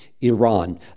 Iran